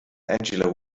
angela